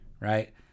right